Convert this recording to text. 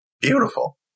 beautiful